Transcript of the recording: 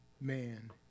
man